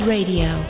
Radio